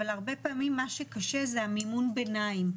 אבל הרבה פעמים מה שקשה זה המימון ביניים,